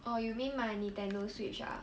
orh you mean my Nintendo switch ah